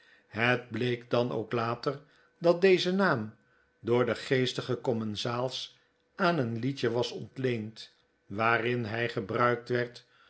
het bleek dan ook later dat deze naam door de geestige commensaals aan een liedje was ontleend waarin hij gebruikt werd